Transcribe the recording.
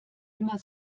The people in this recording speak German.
immer